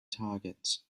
targets